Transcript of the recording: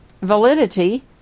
validity